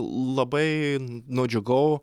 labai nudžiugau